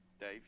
Dave